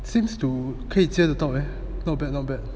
seems to 可以接得到 eh not bad not bad